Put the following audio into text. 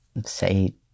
say